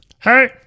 Hey